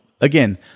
again